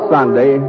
Sunday